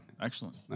excellent